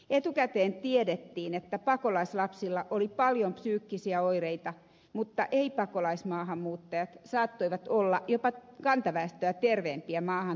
etukäteen tiedettiin että pakolaislapsilla oli paljon psyykkisiä oireita mutta ei pakolaismaahanmuuttajat saattoivat olla jopa kantaväestöä terveempiä maahan tullessaan